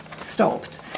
stopped